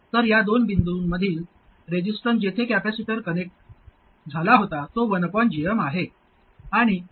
तर या दोन बिंदूंमधील रेसिस्टन्स जेथे कॅपेसिटर कनेक्ट झाला होता तो 1 gm आहे